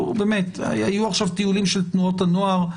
היו עכשיו טיולים של תנועות הנוער,